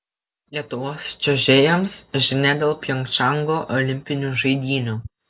lietuvos čiuožėjams žinia dėl pjongčango olimpinių žaidynių